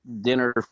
dinner